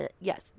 Yes